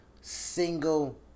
single